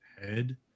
head